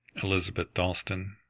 elizabeth dalstan.